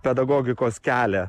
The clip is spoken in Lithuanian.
pedagogikos kelią